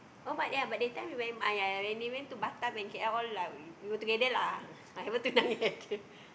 oh but ya that time we went uh ya ya when they went to Batam and K_L all like we were together lah uh haven't tunang yet